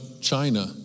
China